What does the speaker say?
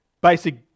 Basic